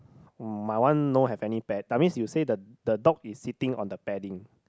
my one no have any pad I means you said the the dog is sitting on the padding